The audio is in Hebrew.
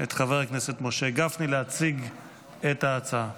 את חבר הכנסת משה גפני להציג את ההצעה.